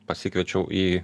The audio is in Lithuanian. pasikviečiau į